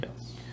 Yes